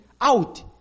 out